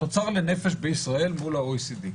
התוצר לנפש בישראל מול ה-OECD.